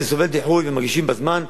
כשזה סובל דיחוי ומגישים בזמן,